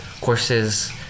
Courses